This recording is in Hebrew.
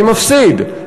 מי מפסיד?